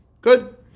Good